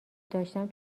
داشتم